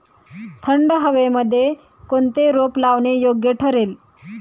थंड हवेमध्ये कोणते रोप लावणे योग्य ठरेल?